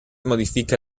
modifica